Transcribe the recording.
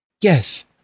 Yes